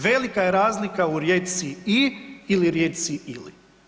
Velika je razlika u riječci „i“ ili riječci „ili“